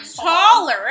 taller